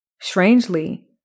Strangely